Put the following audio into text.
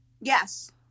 Yes